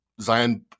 Zion